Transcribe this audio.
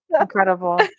Incredible